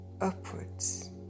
upwards